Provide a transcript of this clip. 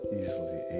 easily